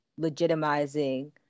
legitimizing